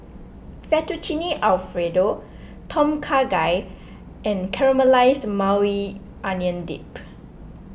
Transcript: Fettuccine Alfredo Tom Kha Gai and Caramelized Maui Onion Dip